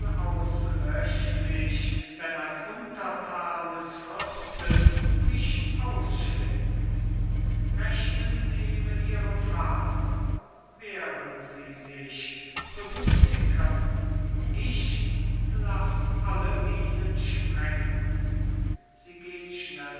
unauslöschlich wenn ein unterthan des fürsten mich ausschlägt rechten sie mit ihrem vater wehren sie sich so gut sie können ich lass alle minen